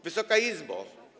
Wysoka Izbo!